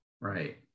Right